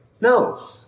No